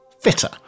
fitter